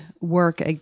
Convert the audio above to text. work